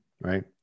right